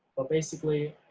but, basically,